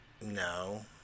no